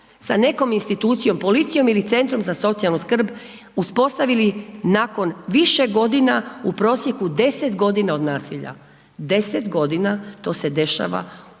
sa nekom institucijom, policijom ili CZSS-om uspostavili nakon više godina u prosjeku 10 godina od nasilja. 10 godina, to se dešava u našim